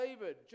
David